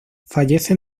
fallece